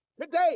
Today